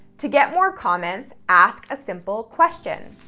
to get more comments, ask a simple question.